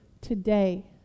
today